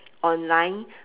online